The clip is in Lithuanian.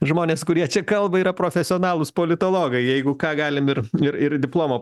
žmonės kurie čia kalba yra profesionalūs politologai jeigu ką galim ir ir ir diplomo